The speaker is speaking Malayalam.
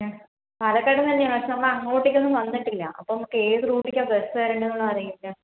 മ് പാലക്കാടുനിന്നുതന്നെയാണ് പക്ഷെ നമ്മൾ അങ്ങോട്ടേക്കൊന്നും വന്നിട്ടില്ല അപ്പോൾ നമുക്ക് ഏതു റൂട്ടിലാ ബസ് കയറേണ്ടതെന്നു അറിയില്ല